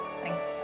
Thanks